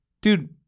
dude